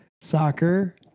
soccer